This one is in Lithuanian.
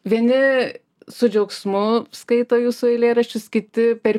vieni su džiaugsmu skaito jūsų eilėraščius kiti per